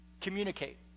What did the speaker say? communicate